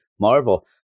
Marvel